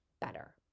better